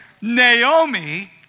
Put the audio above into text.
Naomi